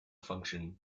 function